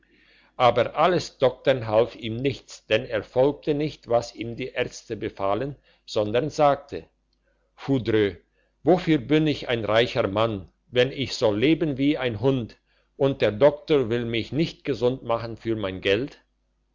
aber alles doktern half ihm nichts denn er befolgte nicht was ihm die arzte befahlen sondern sagte wofür bin ich ein reicher mann wenn ich leben soll wie ein hund und der doktor will mich nicht gesund machen für mein geld